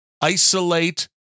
isolate